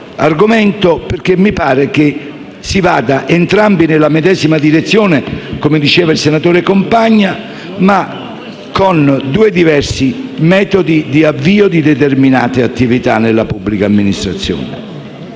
argomento, perché mi pare che si vada tutti nella medesima direzione, come diceva il senatore Compagna, ma con due diversi metodi per l'avvio di determinate attività nella pubblica amministrazione.